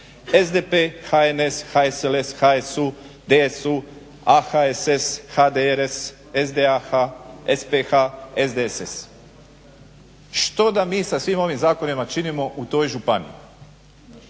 SDP, HNS, HSLS, HSU, DSU, AHSS, HDRS, SDAH, SPH, SDSS. Što onda mi sa svim ovim zakonima činimo u toj županiji